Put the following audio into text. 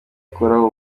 gukuraho